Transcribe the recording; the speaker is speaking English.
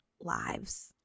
lives